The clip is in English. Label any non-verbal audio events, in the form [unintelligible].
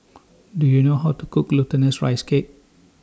Do YOU know How to Cook Glutinous Rice Cake [unintelligible]